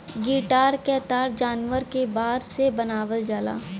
guitar क तार जानवर क बार से बनावल जाला